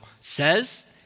says